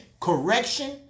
Correction